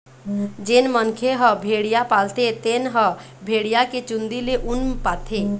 जेन मनखे ह भेड़िया पालथे तेन ह भेड़िया के चूंदी ले ऊन पाथे